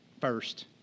first